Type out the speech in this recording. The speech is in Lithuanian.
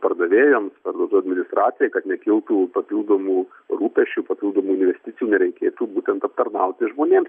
pardavėjams parduotuvių administracijai kad nekiltų papildomų rūpesčių papildomų investicijų nereikėtų būtent aptarnauti žmonėms